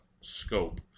Scope